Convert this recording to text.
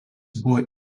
buvo